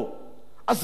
אז מה הבעיה?